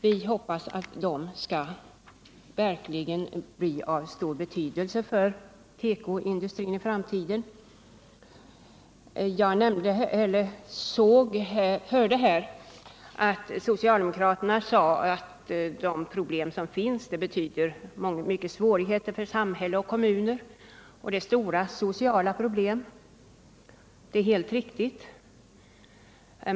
Vi hoppas att de skall bli av stor nytta för tekoindustrin i framtiden. Jag hörde socialdemokraterna säga att de problem som finns innebär stora svårigheter för samhälle och kommuner och stora sociala problem. Det är alldeles riktigt.